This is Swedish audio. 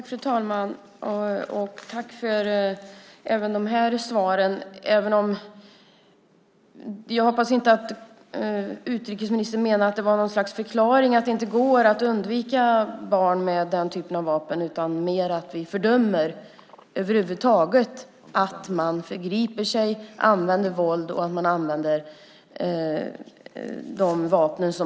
Fru talman! Tack, statsrådet, också för dessa svar! Jag hoppas att utrikesministern inte menade det som ett slags förklaring att det inte med den typen av vapen går att undvika att barn träffas utan snarare menade att vi över huvud taget fördömer att man förgriper sig, använder våld och dessa vapen.